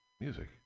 music